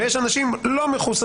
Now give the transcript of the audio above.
ויש אנשים לא-מחוסנים,